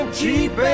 cheap